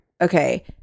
okay